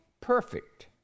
perfect